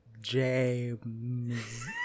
James